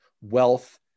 wealth